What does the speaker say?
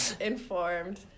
Informed